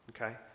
okay